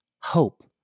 Hope